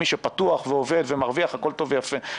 מי שפתוח ועובד ומרוויח, הכול טוב ויפה.